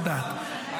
היא יודעת.